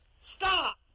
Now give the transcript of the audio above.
Stop